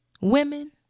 women